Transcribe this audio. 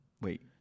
Wait